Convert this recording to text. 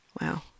Wow